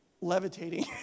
levitating